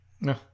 No